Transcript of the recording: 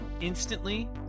instantly